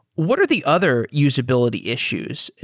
what are the other usability issues?